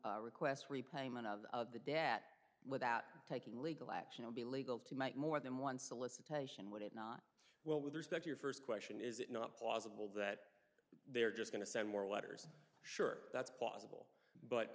to request repayment of the debt without taking legal action would be legal to make more than one solicitation would it not well with respect your first question is it not plausible that they're just going to send more letters sure that's possible but